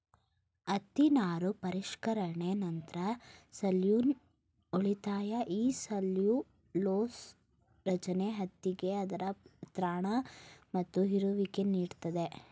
ಹತ್ತಿ ನಾರು ಪರಿಷ್ಕರಣೆ ನಂತ್ರ ಸೆಲ್ಲ್ಯುಲೊಸ್ ಉಳಿತದೆ ಈ ಸೆಲ್ಲ್ಯುಲೊಸ ರಚನೆ ಹತ್ತಿಗೆ ಅದರ ತ್ರಾಣ ಮತ್ತು ಹೀರುವಿಕೆ ನೀಡ್ತದೆ